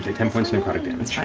ten points of necrotic damage.